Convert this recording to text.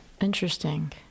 interesting